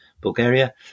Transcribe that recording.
Bulgaria